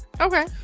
Okay